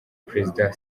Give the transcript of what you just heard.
perezida